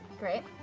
great.